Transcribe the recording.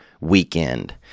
WEEKEND